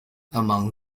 among